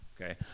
Okay